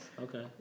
Okay